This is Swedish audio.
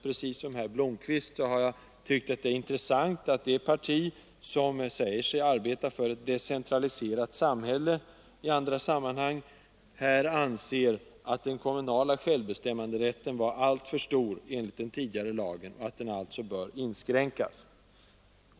Precis som herr Blomkvist har jag tyckt att det är intressant att det parti som säger sig arbeta för ett decentraliserat samhälle i andra sammanhang här anser att den kommunala självbestämmanderätten var alltför stor enligt den tidigare lagen och alltså bör inskränkas.